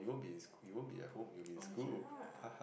oh ya